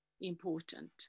important